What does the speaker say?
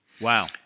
Wow